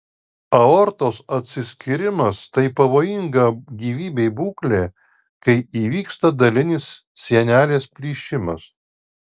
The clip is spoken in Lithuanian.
aortos atsiskyrimas tai pavojinga gyvybei būklė kai įvyksta dalinis sienelės plyšimas